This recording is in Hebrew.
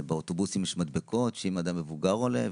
באוטובוסים יש מדבקות שאם אדם מבוגר עולה,